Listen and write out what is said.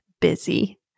busy